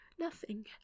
Nothing